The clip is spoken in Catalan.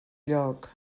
lloc